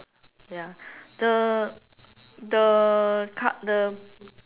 ya the the car the